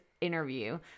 interview